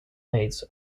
maids